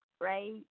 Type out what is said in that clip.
Right